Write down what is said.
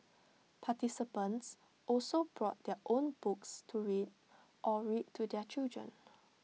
participants also brought their own books to read or read to their children